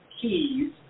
keys